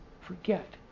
forget